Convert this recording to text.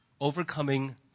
Overcoming